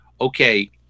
okay